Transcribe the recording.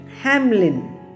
Hamlin